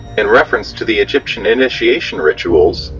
in reference to the egyptian initiation rituals,